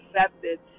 accepted